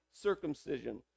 circumcision